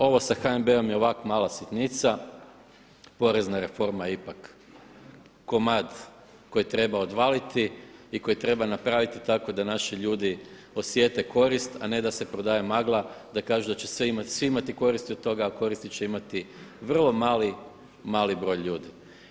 Ovo sa HNB-om je ionako mala sitnica, porezna reforma je ipak komad koji treba odvaliti i koji treba napraviti tako da naši ljudi osjete korist, a ne da se prodaje magla da kažu da će svi imati koristi od toga a koristi će imati vrlo mali broj ljudi.